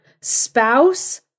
spouse